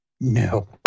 no